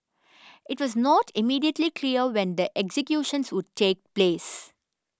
it was not immediately clear when the executions would take place